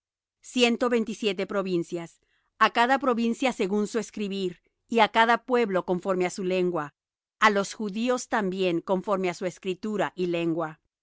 ciento veintisiete provincias á cada provincia según su escribir y á cada pueblo conforme á su lengua á los judíos también conforme á su escritura y lengua